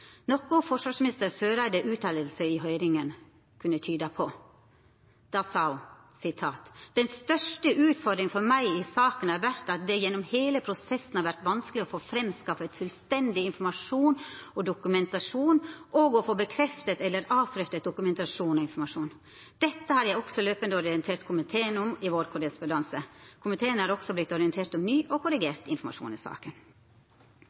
noko forsvarsminister Eriksen Søreide si utsegn i høyringa kunne tyda på. Då sa ho: «Den største utfordringen for meg i saken har vært at det gjennom hele prosessen har vært vanskelig å få framskaffet fullstendig informasjon og dokumentasjon og å få bekreftet eller avkreftet dokumentasjon og informasjon. Dette har jeg også løpende orientert komiteen om i vår korrespondanse. Komiteen har også blitt orientert om ny og korrigert informasjon i